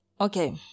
Okay